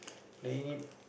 playing it